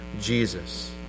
Jesus